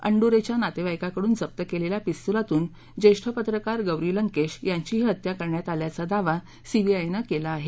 अणद्रेच्या नातेवाईकाकडून जप्त केलेल्या पिस्तुलातून ज्येष्ठ पत्रकार गौरी लंकेश यांचीही हत्या करण्यात आल्याचा दावा सीबीआयनं केला आहे